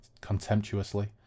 contemptuously